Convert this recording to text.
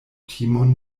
timon